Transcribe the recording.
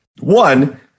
one